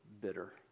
bitter